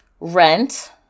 Rent